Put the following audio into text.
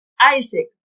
Isaac